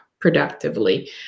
productively